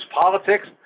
politics